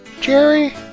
Jerry